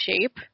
shape